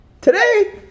Today